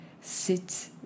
sit